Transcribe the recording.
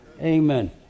Amen